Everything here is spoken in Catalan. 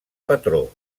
patró